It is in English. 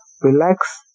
relax